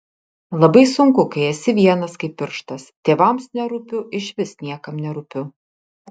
labai sunku kai esi vienas kaip pirštas tėvams nerūpiu išvis niekam nerūpiu